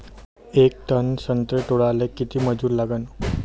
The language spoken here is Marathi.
येक टन संत्रे तोडाले किती मजूर लागन?